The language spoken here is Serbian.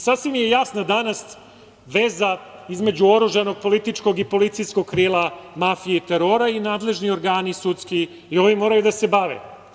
Sasvim je jasna danas veza između oružanog političkog i policijskog krila mafije i terora i nadležni sudski organi i oni moraju da se bave.